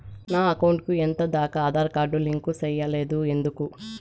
నా అకౌంట్ కు ఎంత దాకా ఆధార్ కార్డు లింకు సేయలేదు ఎందుకు